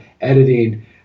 editing